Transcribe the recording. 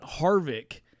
Harvick